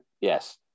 Yes